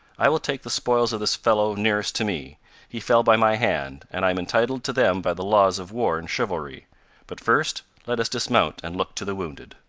i will take the spoils of this fellow nearest to me he fell by my hand, and i am entitled to them by the laws of war and chivalry but first, let us dismount and look to the wounded.